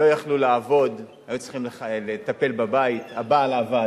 לא יכלו לעבוד, היו צריכות לטפל בבית, הבעל עבד,